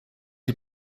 die